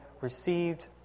received